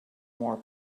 more